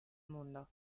mundo